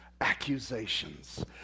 accusations